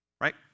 Right